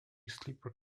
sleeper